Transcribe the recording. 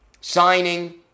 signing